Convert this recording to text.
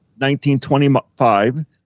1925